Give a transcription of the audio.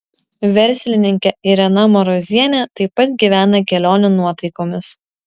verslininkė irena marozienė taip pat gyvena kelionių nuotaikomis